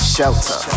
Shelter